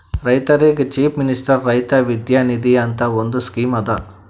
ರೈತರಿಗ್ chief minister Raitha Vidya Nidhi ಅಂತ್ ಒಂದ್ ಸ್ಕೀಮ್ ಅದಾ